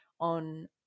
on